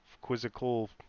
quizzical